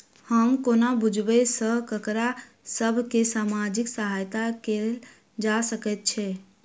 हम कोना बुझबै सँ ककरा सभ केँ सामाजिक सहायता कैल जा सकैत छै?